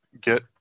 get